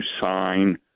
sign